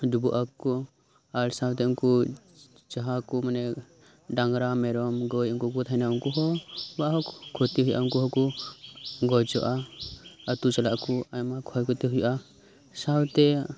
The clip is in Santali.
ᱰᱩᱵᱟᱹᱜᱼᱟ ᱠᱚ ᱟᱨ ᱥᱟᱶᱛᱮ ᱩᱱᱠᱩ ᱡᱟᱦᱟᱸ ᱠᱚ ᱢᱟᱱᱮ ᱰᱟᱝᱨᱟ ᱢᱮᱨᱚᱢ ᱜᱟᱹᱭ ᱩᱱᱠᱩ ᱠᱚ ᱛᱟᱦᱮᱱᱟ ᱩᱱᱠᱩ ᱠᱚᱣᱟᱜ ᱦᱚᱸ ᱠᱷᱚᱛᱤ ᱦᱳᱭᱳᱜᱼᱟ ᱩᱱᱠᱩ ᱦᱚᱸᱠᱚ ᱜᱩᱡᱩᱜᱼᱟ ᱟᱛᱳ ᱪᱟᱞᱟᱜ ᱟᱠᱚ ᱟᱭᱢᱟ ᱠᱷᱚᱭᱠᱷᱚᱛᱤ ᱦᱳᱭᱳᱜᱼᱟ ᱥᱟᱶᱛᱮ